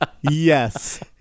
Yes